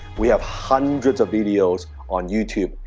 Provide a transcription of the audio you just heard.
we have hundreds of videos on youtube.